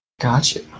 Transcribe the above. gotcha